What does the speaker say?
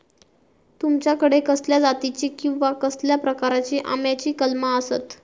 तुमच्याकडे कसल्या जातीची किवा कसल्या प्रकाराची आम्याची कलमा आसत?